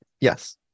Yes